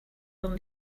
will